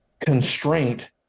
constraint